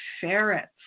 ferrets